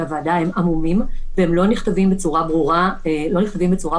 הוועדה הם עמומים ולא נכתבים בצורה ברורה בחקיקה.